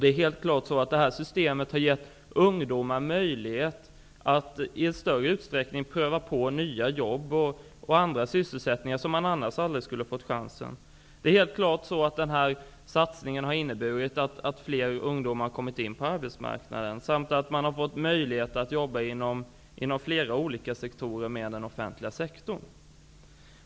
Det är helt klart på det sättet att detta system har gett ungdomar möjlighet att i större utsträckning pröva på nya jobb och andra sysselsättningar som de annars aldrig skulle ha fått chansen att pröva. Denna satsning har inneburit att fler ungdomar har kommit in på arbetsmarknaden samt att de har fått möjlighet att jobba inom flera sektorer och inte bara inom den offentliga sektorn.